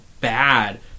bad